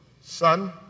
son